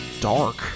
dark